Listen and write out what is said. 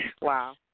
Wow